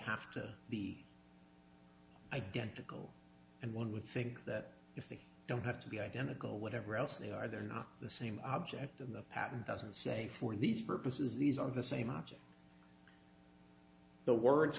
have to be identical and one would think that if they don't have to be identical whatever else they are they're not the same object of the patent doesn't say for these purposes these are the same object the words